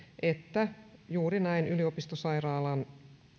että juuri näin yliopistosairaalan